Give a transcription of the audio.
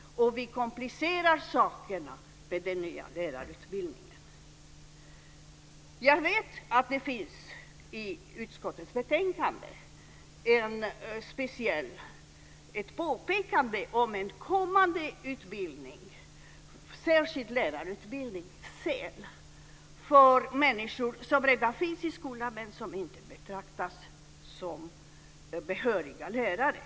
Vi komplicerar sakerna med den nya lärarutbildningen. Jag vet att det finns i utskottets betänkande ett påpekande om en kommande utbildning, en särskild lärarutbildning, för människor som redan finns i skolan men som inte betraktas som behöriga lärare.